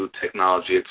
Technology